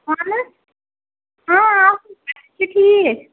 اَہَن حظ اۭں اَصٕل پٲٹھۍ چھُ ٹھیٖک